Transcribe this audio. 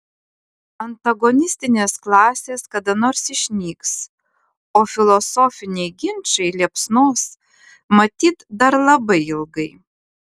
antagonistinės klasės kada nors išnyks o filosofiniai ginčai liepsnos matyt dar labai ilgai